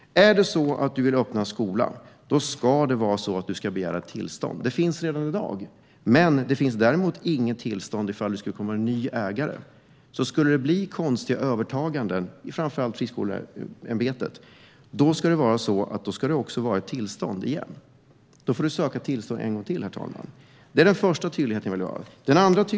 Om man vill starta en skola ska man begära tillstånd. Så är det redan i dag, men tillståndet överförs inte på en ny ägare. Skulle det bli konstiga övertaganden i framför allt friskolor ska man ansöka om ett nytt tillstånd. Det är den första tydligheten som jag vill göra.